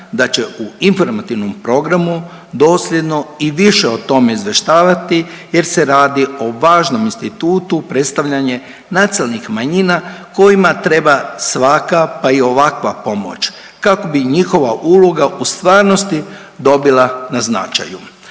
da će u informativnom programu dosljedno i više o tome izvještavati jer se radi o važnom institutu predstavljanje nacionalnih manjina kojima treba svaka, pa i ovakva pomoć, kako bi i njihova uloga u stvarnosti dobila na značaju.